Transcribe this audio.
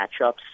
matchups